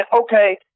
okay